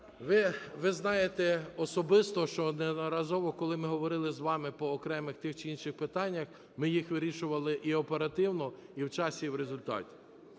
Ви знаєте особисто, що неодноразово, коли ми говорили з вами по окремих тих чи інших питаннях, ми їх вирішували і оперативно, і в часі, і в результаті.